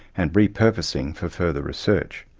and repurposing for further research.